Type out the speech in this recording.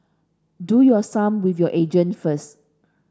do your sum with your agent first